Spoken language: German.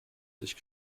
sich